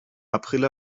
april